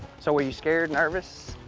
so were your scared, nervous?